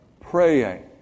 praying